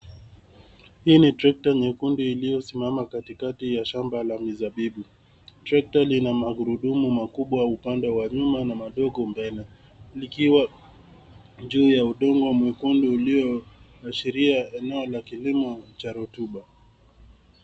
Hii ni trekta nyekundu iliyosimama katikati ya shamba la mizabibu. Trekta lina magurudumu makubwa upande wa nyuma na madogo mbele, likiwa juu ya udongo mwekundu ulioashiria eneo la kilimo cha rotuba.